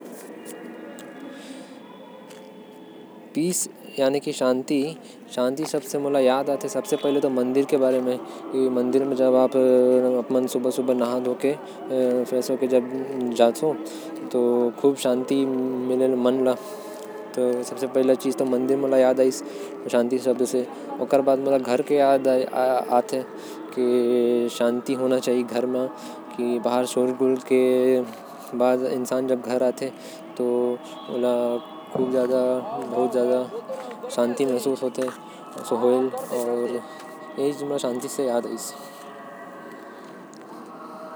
शांति से मोके मंदिर के याद आते की वहा हमन ला शांति मिलथे। अउ दूसरा हमर घरो म भी हमन के शांति मिलथे। शांत जगह म रहना मन के लिए अच्छा होथे।